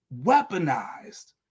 weaponized